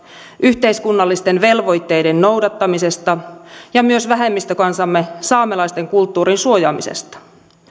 yhteiskunnallisten velvoitteiden noudattamisesta ja myös vähemmistökansamme saamelaisten kulttuurin suojaamisesta